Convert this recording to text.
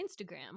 Instagram